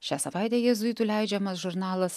šią savaitę jėzuitų leidžiamas žurnalas